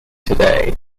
today